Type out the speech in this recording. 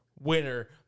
Winner